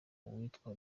uwitwa